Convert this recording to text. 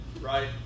right